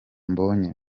mbonye